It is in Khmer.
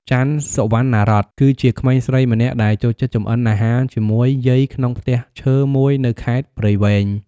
ចាន់ សុវណ្ណារ័ត្ន គឺជាក្មេងស្រីម្នាក់ដែលចូលចិត្តចម្អិនអាហារជាមួយយាយក្នុងផ្ទះឈើមួយនៅខេត្តព្រៃវែង។